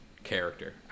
character